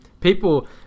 People